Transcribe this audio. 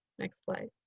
next slide.